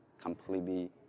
completely